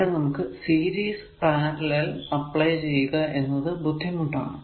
ഇവിടെ നമുക്ക് series parallel apply ചെയ്യുക എന്നത് ബുദ്ധിമുട്ടാണ്